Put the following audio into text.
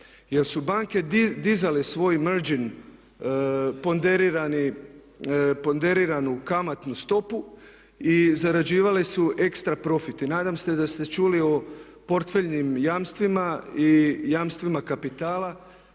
jer su banke dizale svoj emergen ponderirani, ponderiranu kamatnu stopu i zarađivale su ekstra profite. I nadam se da ste čuli o portfeljnim jamstvima i jamstvima kapitala